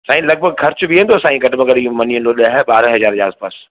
साईं लॻभॻि ख़र्चु बीहंदो साईं घटि में घटि इयो मञी वेंदो ॾह ॿारहं हज़ार जे आस पास